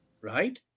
Right